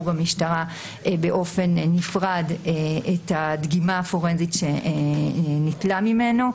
במשטרה באופן נפרד את הדגימה הפורנזית שניטלה ממנו.